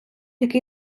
який